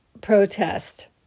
protest